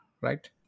right